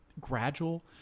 gradual